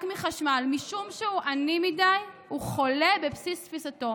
מחשמל משום שהוא עני מדי הוא חולה בבסיס תפיסתו.